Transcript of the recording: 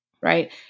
right